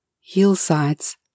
hillsides